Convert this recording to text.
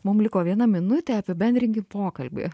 mum liko viena minutė apibendrinkim pokalbį